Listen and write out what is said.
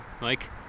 Mike